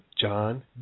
John